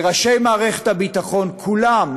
וראשי מערכת הביטחון כולם,